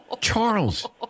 Charles